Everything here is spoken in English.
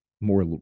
more